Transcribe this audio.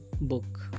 book